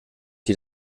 die